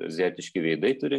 azijietiški veidai turi